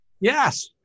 Yes